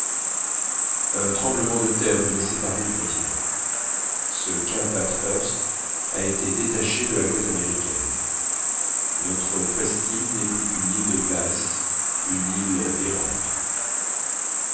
un tremblement de terre nous a séparés du continent ce cap bathurst a été détaché de la côte américaine notre presqu'île n'est plus qu'une île de glace une île errante